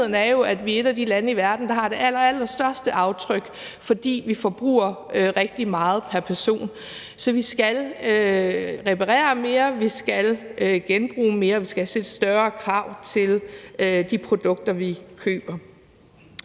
vi er et af de lande i verden, der har det allerallerstørste aftryk, fordi vi forbruger rigtig meget pr. person. Så vi skal reparere mere, vi skal genbruge mere, og vi skal stille større krav til de produkter, vi køber.